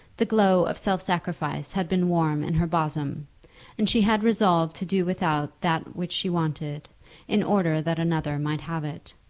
the glow of self-sacrifice had been warm in her bosom and she had resolved to do without that which she wanted in order that another might have it.